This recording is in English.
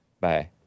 Bye